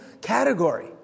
category